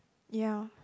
ya